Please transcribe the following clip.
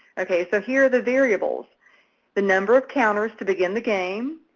ok? so here are the variables the number of counters to begin the game,